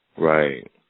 Right